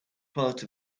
part